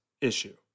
issue